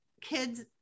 kids